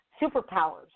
superpowers